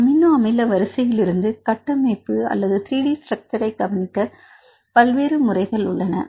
amino அமில வரிசையிலிருந்து கட்டமைப்பு 3 டி ஸ்ட்ரக்சர் ஐ கணிக்க பல்வேறு முறைகள் உள்ளன